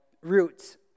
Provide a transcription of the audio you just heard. roots